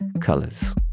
Colors